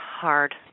hard